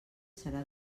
serà